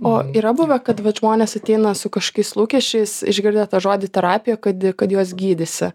o yra buvę kad vat žmonės ateina su kažkokiais lūkesčiais išgirdę tą žodį terapija kad kad juos gydysi